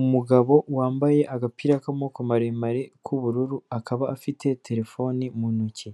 Umugabo wambaye agapira k'amaboko maremare k'ubururu akaba afite telefoni mu ntoki.